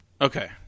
Okay